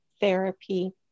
therapy